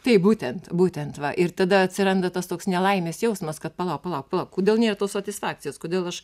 taip būtent būtent va ir tada atsiranda tas toks nelaimės jausmas kad palauk palauk palauk kodėl nėra tos satisfakcijos kodėl aš